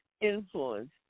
influence